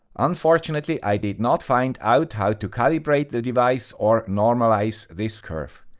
unfortunately, i did not find out how to calibrate the device or normalize this curve.